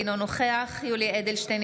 אינו נוכח יולי יואל אדלשטיין,